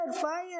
fire